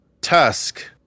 Tusk